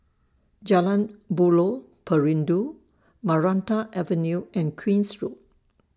Jalan Buloh Perindu Maranta Avenue and Queen's Road